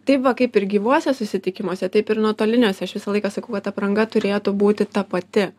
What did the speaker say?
taip va kaip ir gyvuose susitikimuose taip ir nuotoliniuose aš visą laiką sakau kad apranga turėtų būti ta pati